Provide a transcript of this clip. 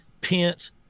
Pence